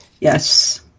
Yes